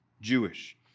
Jewish